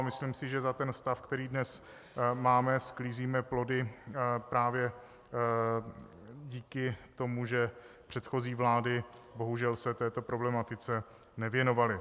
Myslím, že za stav, který dnes máme, sklízíme plody právě díky tomu, že předchozí vlády se bohužel této problematice nevěnovaly.